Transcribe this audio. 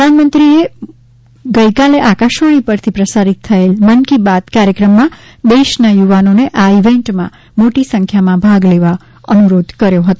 પ્રધાનમંત્રીશ્રી મોદીએ ગઇકાલે આકાશવાણી ઉપરથી પ્રસારિત થયેલ મન કી બાત કાર્યક્રમમાં દેશના યુવાનોને આ ઇવેન્ટમાં મોટી સંખ્યામાં ભાગ લેવા અનુરોધ કર્યો હતો